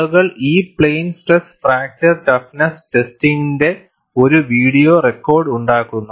ആളുകൾ ഈ plane stress fracture toughness ടെസ്റ്റിംഗിന്റെ ഒരു വീഡിയോ റെക്കോർഡ് ഉണ്ടാക്കുന്നു